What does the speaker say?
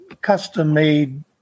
custom-made